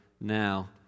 now